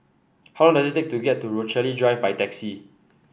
how long does it take to get to Rochalie Drive by taxi